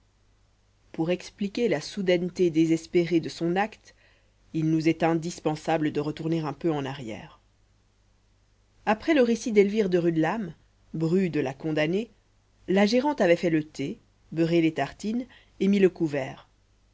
pour expliquer la soudaineté désespérée de son acte il nous est indispensable de retourner un peu en arrière après le récit d'elvire de rudelame bru de la condamnée la gérante avait fait le thé beurré les tartines et mis le couvert